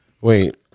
Wait